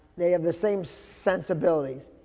they have the same sensibilities.